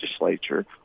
legislature